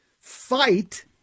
fight